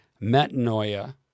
metanoia